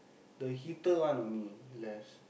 the heater one only less